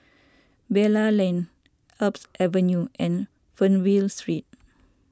Bilal Lane Alps Avenue and Fernvale Street